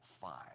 five